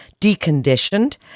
deconditioned